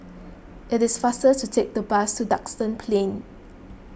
it is faster to take the bus to Duxton Plain